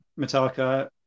Metallica